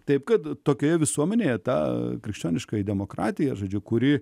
taip kad tokioje visuomenėje ta krikščioniškoji demokratija žodžiu kuri